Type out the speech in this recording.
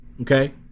okay